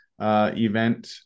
Event